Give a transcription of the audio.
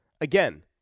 again